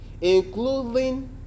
including